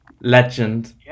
legend